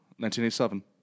1987